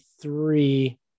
three